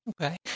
Okay